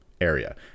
area